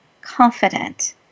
confident